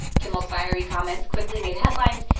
kimmel's fiery comments quickly made headlines,